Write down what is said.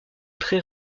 très